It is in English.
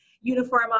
uniform